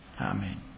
Amen